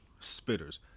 spitters